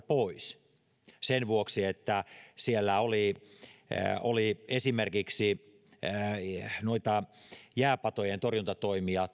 pois sen vuoksi että siellä oli oli esimerkiksi jääpatojen torjuntatoimia